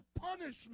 punishment